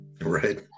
right